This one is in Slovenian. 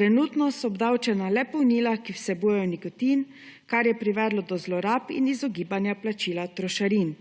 Trenutno so obdavčena le polnila, ki vsebujejo nikotin, kar je privedlo do zlorab in izogibanja plačila trošarin.